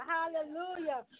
Hallelujah